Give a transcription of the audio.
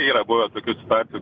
yra buvę tokių situacijų